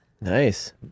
Nice